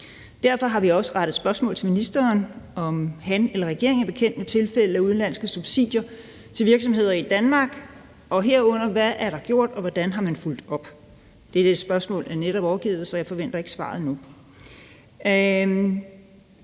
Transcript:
Derfor har vi også rettet spørgsmål til ministeren om, om regeringen er bekendt med tilfælde af udenlandske subsidier til virksomheder i Danmark, og herunder hvad der er gjort, og hvordan man har fulgt op på det. Dette spørgsmål er netop oversendt, så jeg forventer ikke svaret nu.